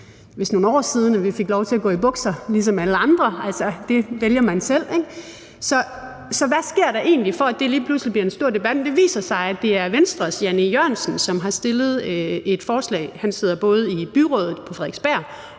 vist nogle år siden, at vi fik lov til at gå i bukser ligesom alle andre. Det vælger man selv, ikke? Så hvad sker der egentlig for, at det lige pludselig bliver en stor debat? Kl. 15:14 Det viser sig, at det er Venstres Jan E. Jørgensen, som har stillet et spørgsmål – han sidder både i byrådet på Frederiksberg